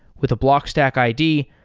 with a blockstack id,